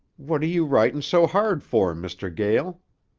what are you writin' so hard for, mr. gael?